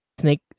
Snake